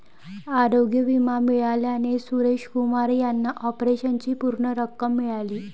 आरोग्य विमा मिळाल्याने सुरेश कुमार यांना ऑपरेशनची पूर्ण रक्कम मिळाली